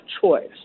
choice